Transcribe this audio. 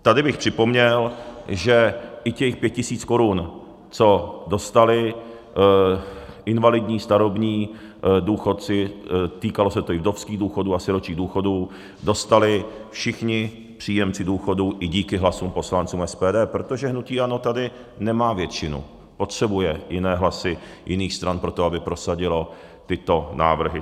Tady bych připomněl, že i těch 5 000 korun, co dostali invalidní, starobní důchodci, týkalo se to i vdovských důchodů a sirotčích důchodů, dostali všichni příjemci důchodů i díky hlasům poslanců SPD, protože hnutí ANO tady nemá většinu, potřebuje jiné hlasy jiných stran pro to, aby prosadilo tyto návrhy.